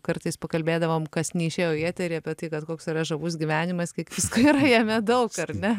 kartais pakalbėdavom kas neišėjo į eterį apie tai kad koks yra žavus gyvenimas kiek visko yra jame daug ar ne